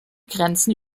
grenzen